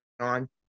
on